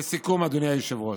לסיכום, אדוני היושב-ראש,